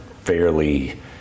fairly